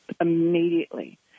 immediately